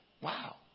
Wow